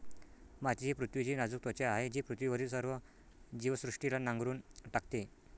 माती ही पृथ्वीची नाजूक त्वचा आहे जी पृथ्वीवरील सर्व जीवसृष्टीला नांगरून टाकते